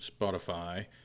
Spotify